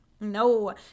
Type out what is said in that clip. No